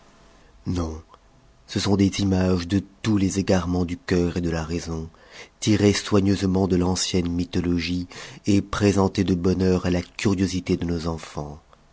non ce sont des images de tous les égaremens du cœur de la raison tirées soigneusement de l'ancienne mythologie présentées de bonne heure à la curiosité de nos enfans